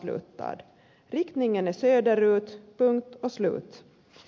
riktningen är söderut punkt och slut